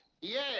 Yes